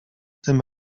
tym